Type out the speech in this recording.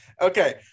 Okay